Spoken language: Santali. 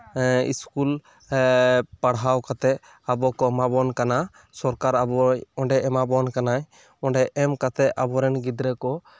ᱮᱸ ᱥᱠᱩᱞ ᱮᱸ ᱯᱟᱲᱦᱟᱣ ᱠᱟᱛᱮᱫ ᱟᱵᱚ ᱠᱚ ᱮᱢᱟᱵᱚᱱ ᱠᱟᱱᱟ ᱥᱚᱨᱠᱟᱨ ᱟᱵᱚ ᱚᱸᱰᱮᱭ ᱮᱢᱟᱵᱚᱱ ᱠᱟᱱᱟᱭ ᱚᱸᱰᱮ ᱮᱢ ᱠᱟᱛᱮᱫ ᱟᱵᱚᱨᱮᱱ ᱜᱤᱫᱽᱨᱟᱹ ᱠᱚ